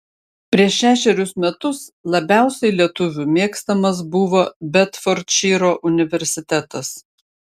prieš šešerius metus labiausiai lietuvių mėgstamas buvo bedfordšyro universitetas